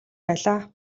байлаа